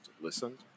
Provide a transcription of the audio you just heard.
listened